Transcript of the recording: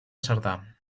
cerdà